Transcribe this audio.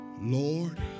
Lord